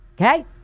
Okay